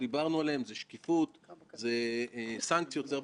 בנק ישראל חייב להבין שמה שהיה הוא לא מה שיהיה.